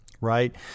Right